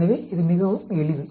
எனவே இது மிகவும் எளிது